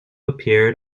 appeared